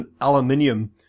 aluminium